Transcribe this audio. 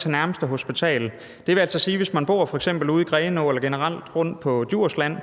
til nærmeste hospital. Det vil altså sige, at hvis man f.eks. bor ude i Grenaa eller på Djursland